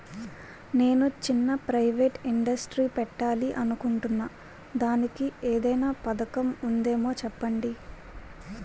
నేను చిన్న private industry పెట్టాలి అనుకుంటున్నా దానికి ఏదైనా పథకం ఉందేమో చెప్పండి?